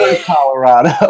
Colorado